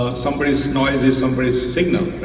some brace noises, some brace signal,